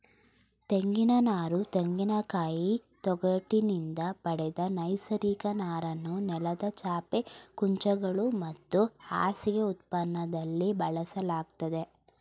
ತೆಂಗಿನನಾರು ತೆಂಗಿನಕಾಯಿ ತೊಗಟಿನಿಂದ ಪಡೆದ ನೈಸರ್ಗಿಕ ನಾರನ್ನು ನೆಲದ ಚಾಪೆ ಕುಂಚಗಳು ಮತ್ತು ಹಾಸಿಗೆ ಉತ್ಪನ್ನದಲ್ಲಿ ಬಳಸಲಾಗ್ತದೆ